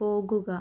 പോകുക